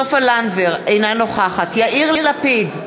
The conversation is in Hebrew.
אינה נוכחת יאיר לפיד,